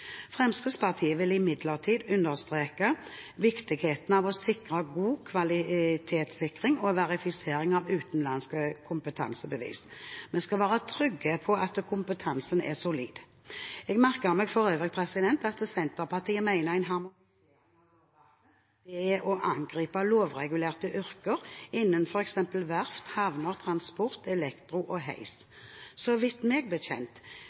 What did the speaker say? Fremskrittspartiet vil imidlertid understreke viktigheten av god kvalitetssikring og verifisering av utenlandsk kompetansebevis. Vi skal være trygge på at kompetansen er solid. Jeg merker meg for øvrig at Senterpartiet mener en harmonisering av lovverket er å angripe lovregulerte yrker innen f.eks. verft, havner, transport, elektro og heis. Meg bekjent